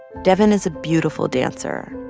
devyn is a beautiful dancer.